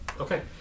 Okay